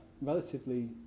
relatively